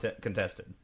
contested